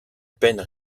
peine